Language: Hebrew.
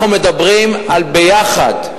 אנחנו מדברים על, יחד,